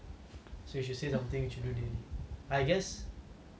I guess brushing teeth